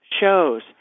shows